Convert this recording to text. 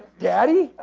daddy!